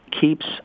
keeps